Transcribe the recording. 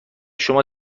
شما